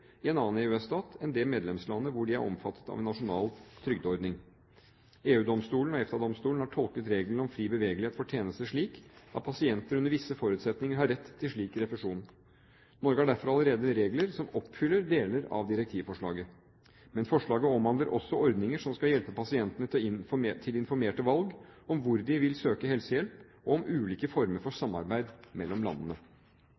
i en annen EØS-stat enn det medlemslandet hvor de er omfattet av en nasjonal trygdeordning. EU-domstolen og EFTA-domstolen har tolket reglene om fri bevegelighet for tjenester slik at pasienter under visse forutsetninger har rett til slik refusjon. Norge har derfor allerede regler som oppfyller deler av direktivforslaget. Men forslaget omhandler også ordninger som skal hjelpe pasientene til informerte valg om hvor de vil søke helsehjelp, og om ulike former for